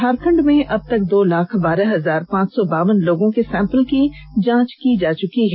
झारखंड में अब तक दो लाख बारह हजार पांच सौ बावन लोगों के सैंपल की जांच हो चुकी है